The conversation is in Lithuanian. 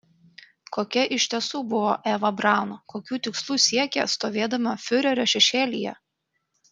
kokia iš tiesų buvo eva braun kokių tikslų siekė stovėdama fiurerio šešėlyje